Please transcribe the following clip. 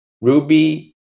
Ruby